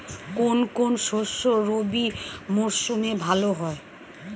কোন কোন শস্য রবি মরশুমে ভালো হয়?